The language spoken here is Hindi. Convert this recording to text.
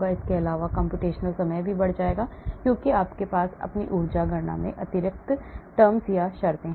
इसके अलावा कम्प्यूटेशनल समय भी बढ़ जाएगा क्योंकि आपके पास अपनी ऊर्जा गणना में अतिरिक्त शर्तें हैं